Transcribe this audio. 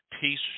peace